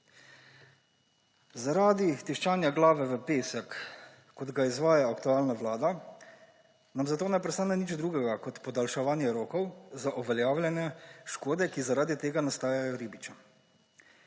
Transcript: Zaradi tiščanja glave v pesek, kot ga izvaja aktualna vlada, nam zato ne preostane nič drugega kot podaljševanje rokov za uveljavljanje škode, ki zaradi tega nastaja ribičem.